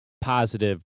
positive